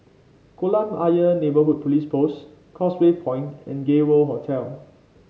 Kolam Ayer Neighbourhood Police Post Causeway Point and Gay World Hotel